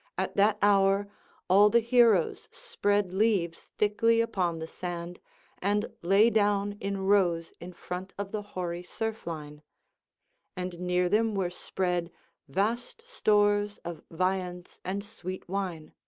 at that hour all the heroes spread leaves thickly upon the sand and lay down in rows in front of the hoary surf-line and near them were spread vast stores of viands and sweet wine,